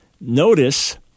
Notice